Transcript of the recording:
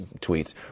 tweets